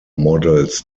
models